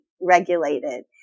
regulated